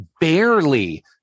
barely